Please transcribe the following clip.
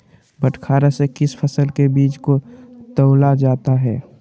बटखरा से किस फसल के बीज को तौला जाता है?